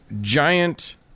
giant